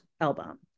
album